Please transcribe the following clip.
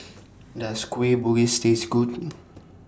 Does Kueh Bugis Taste Good